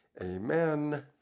Amen